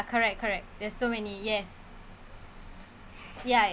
correct correct there's so many yes ya